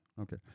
Okay